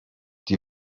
die